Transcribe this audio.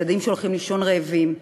ילדים שהולכים לישון רעבים,